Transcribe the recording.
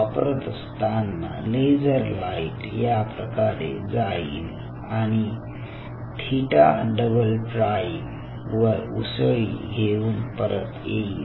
वापरत असताना laser light याप्रकारे जाईल आणि थिटा डबल प्राईम वर उसळी घेऊन परत येईल